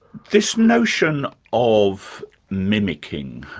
this notion of mimicking.